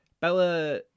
Bella